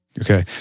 Okay